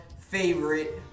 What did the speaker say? favorite